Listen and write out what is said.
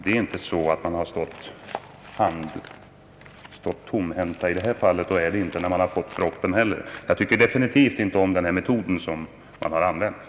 Det är inte så att man har stått tomhänt eller handfallen i detta fall — och inte när man fått propositionen heller. Jag tycker definitivt inte om den metod som man här har använt.